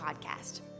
Podcast